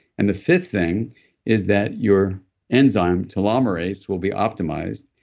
and the fifth thing is that your enzyme telomerase will be optimized,